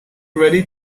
ready